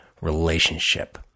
relationship